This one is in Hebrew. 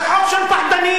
זה חוק של פחדנים.